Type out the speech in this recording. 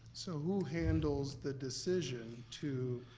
so who handles the decision to,